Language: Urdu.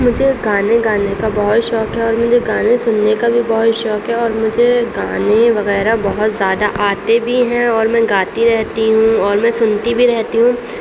مجھے گانے گانے کا بہت شوق ہے اور مجھے گانے سننے کا بھی بہت شوق ہے اور مجھے گانے وغیرہ بہت زیادہ آتے بھی ہیں اور میں گاتی رہتی ہوں اور میں سنتی بھی رہتی ہوں